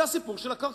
זה הסיפור של הקרקעות.